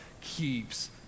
keeps